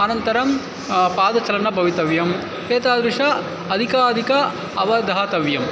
अनन्तरं पादचालनं भवितव्यम् एतादृशम् अधिकाधिकम् अवधातव्यम्